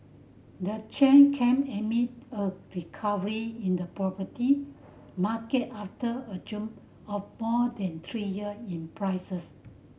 the change came amid a recovery in the property market after a of more than three year in prices